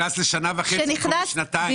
לא, שניכנס לשנה וחצי במקום שנתיים.